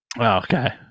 Okay